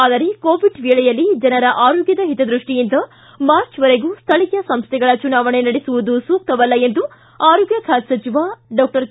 ಆದರೆ ಕೋವಿಡ್ ವೇಳೆಯಲ್ಲಿ ಜನರ ಆರೋಗ್ದದ ಹಿತದೃಷ್ಟಿಯಿಂದ ಮಾರ್ಚ್ವರೆಗೂ ಸ್ಥಳೀಯ ಸಂಸ್ಥೆಗಳ ಚುನಾವಣೆ ನಡೆಸುವುದು ಸೂಕ್ತವಲ್ಲ ಎಂದು ಆರೋಗ್ಯ ಖಾತೆ ಸಚಿವ ಡಾಕ್ಟರ್ ಕೆ